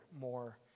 more